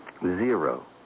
Zero